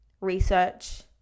research